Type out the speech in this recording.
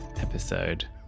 episode